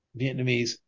Vietnamese